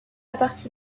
partie